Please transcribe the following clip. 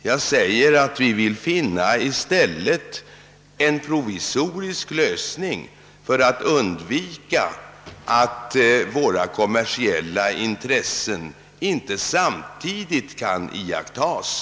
Jag sade att vi i stället vill finna en provisorisk lösning för att undvika att våra kommersiella intressen inte samtidigt kan iakttas.